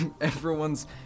Everyone's